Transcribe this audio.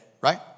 right